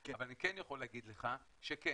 אבל אני כן יכול להגיד לך שכן.